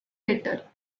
better